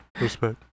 Respect